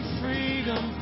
freedom